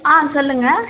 ஆ சொல்லுங்கள்